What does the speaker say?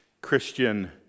Christian